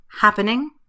happening